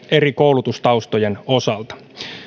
eri koulutustaustojen osalta